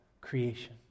creation